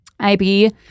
IB